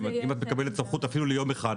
אם את מקבלת סמכות אפילו ליום אחד,